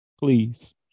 please